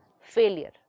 failure